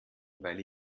weil